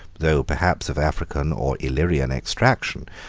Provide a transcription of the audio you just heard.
though perhaps of african or illyrian extraction,